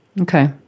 Okay